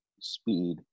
speed